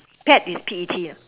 pet is P E T ya